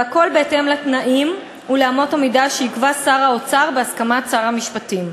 והכול בהתאם לתנאים ולאמות המידה שיקבע שר האוצר בהסכמת שר המשפטים.